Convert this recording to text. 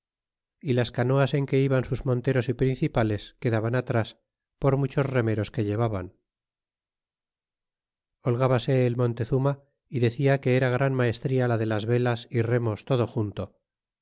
y las canoas en que iban sus monteros y principales quedaban atras por muchos remeros que llevaban holgábase el montezuma y decia que era gran maestría la de las velas y remos todo junto